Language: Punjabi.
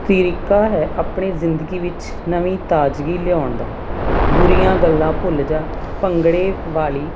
ਤਰੀਕਾ ਹੈ ਆਪਣੇ ਜ਼ਿੰਦਗੀ ਵਿੱਚ ਨਵੀਂ ਤਾਜ਼ਗੀ ਲਿਆਉਣ ਦਾ ਬੁਰੀਆਂ ਗੱਲਾਂ ਭੁੱਲ ਜਾ ਭੰਗੜੇ ਵਾਲੀ